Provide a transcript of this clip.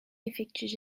effectuent